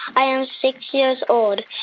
i am six years old.